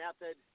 method